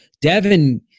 Devin